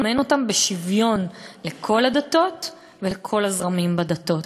אותם בשוויון לכל הדתות ולכל הזרמים בדתות.